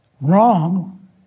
wrong